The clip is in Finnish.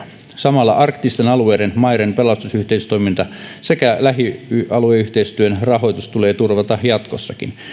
samalla arktisten alueiden maiden pelastusyhteistoiminta sekä lähialueyhteistyön rahoitus tulee turvata jatkossakin